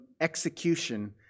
execution